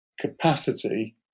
capacity